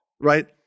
right